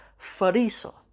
fariso